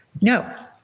No